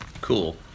Cool